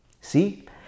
See